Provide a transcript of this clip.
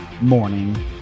Morning